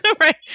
right